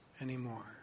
anymore